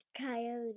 coyote